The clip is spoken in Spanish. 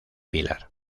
pilar